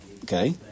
Okay